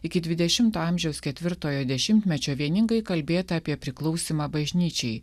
iki dvidešimto amžiaus ketvirtojo dešimtmečio vieningai kalbėta apie priklausymą bažnyčiai